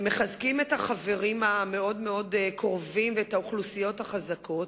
ומחזקים את החברים המאוד-מאוד קרובים ואת האוכלוסיות החזקות,